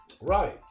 Right